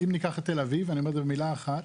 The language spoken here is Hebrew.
אם ניקח את תל אביב אני אומר במילה אחת,